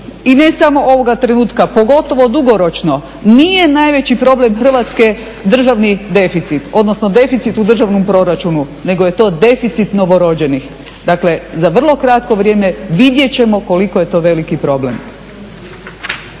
i ne samo ovoga trenutka, pogotovo dugoročno nije najveći problem Hrvatske državni deficit, odnosno deficit u državnom proračunu nego je to deficit novorođenih. Dakle, za vrlo kratko vrijeme vidjet ćemo koliko je to veliki problem.